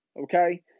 okay